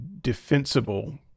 defensible